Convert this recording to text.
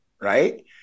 right